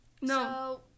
No